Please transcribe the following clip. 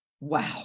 Wow